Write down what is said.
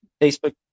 Facebook